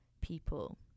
people